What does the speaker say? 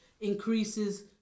increases